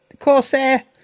Corsair